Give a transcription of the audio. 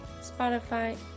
Spotify